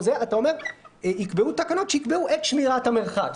אתה אומר: יקבעו תקנות שיקבעו את שמירת המרחק.